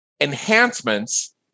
enhancements